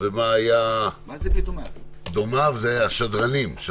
דומיו זה השדרנים.